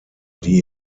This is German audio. die